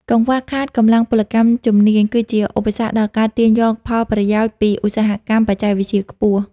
កង្វះខាតកម្លាំងពលកម្មជំនាញ គឺជាឧបសគ្គដល់ការទាញយកផលប្រយោជន៍ពីឧស្សាហកម្មបច្ចេកវិទ្យាខ្ពស់។